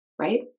Right